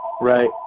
Right